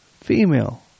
female